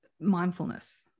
mindfulness